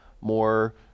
more